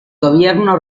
gobierno